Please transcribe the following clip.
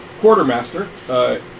quartermaster